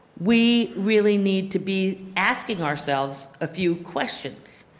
we really need to be asking ourselves a few questions.